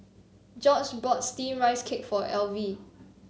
George bought steamed Rice Cake for Elvie